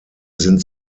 sind